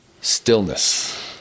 stillness